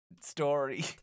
story